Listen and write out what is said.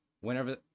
whenever